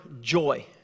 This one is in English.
Joy